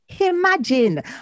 imagine